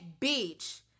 bitch